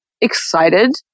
excited